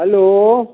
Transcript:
hello